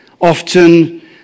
Often